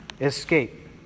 escape